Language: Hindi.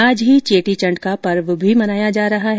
आज ही चेटीचण्ड का पर्व भी मनाया जा रहा है